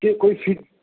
केह् कोई सीट